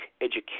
education